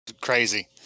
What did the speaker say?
Crazy